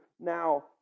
now